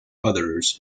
others